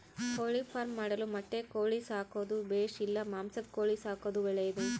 ಕೋಳಿಫಾರ್ಮ್ ಮಾಡಲು ಮೊಟ್ಟೆ ಕೋಳಿ ಸಾಕೋದು ಬೇಷಾ ಇಲ್ಲ ಮಾಂಸದ ಕೋಳಿ ಸಾಕೋದು ಒಳ್ಳೆಯದೇ?